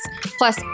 Plus